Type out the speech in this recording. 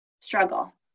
struggle